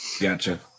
Gotcha